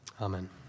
amen